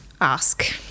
ask